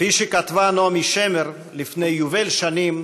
כפי שכתבה נעמי שמר לפני יובל שנים: